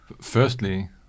Firstly